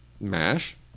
Mash